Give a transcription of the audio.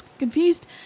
confused